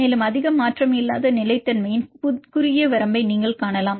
மேலும் அதிக மாற்றம் இல்லாத நிலைத்தன்மையின் குறுகிய வரம்பை நீங்கள் காணலாம்